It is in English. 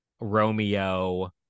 Romeo